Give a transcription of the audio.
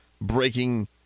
breaking